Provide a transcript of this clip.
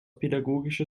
pädagogischer